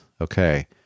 Okay